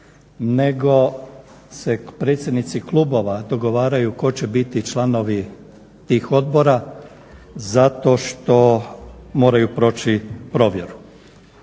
nego se predsjednici klubova dogovaraju tko će biti članovi tih odbora zato što moraju proći provjeru.